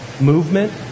movement